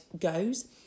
goes